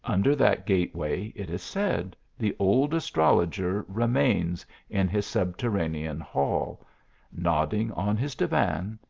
under that gateway, it is said, the old as trologer remains in his subterranean hall nodding on his divan,